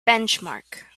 benchmark